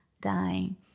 dying